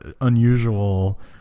unusual